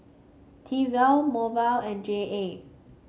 Tefal Hormel and J A